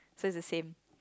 so is same